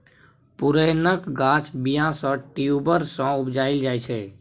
पुरैणक गाछ बीया या ट्युबर सँ उपजाएल जाइ छै